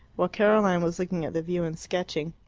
while caroline was looking at the view and sketching.